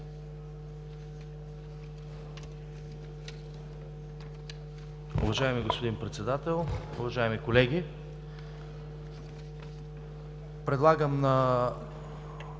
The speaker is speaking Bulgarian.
Уважаеми господин Председател, уважаеми колеги! Предлагам Ви